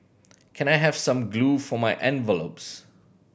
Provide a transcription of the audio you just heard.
can I have some glue for my envelopes